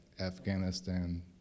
Afghanistan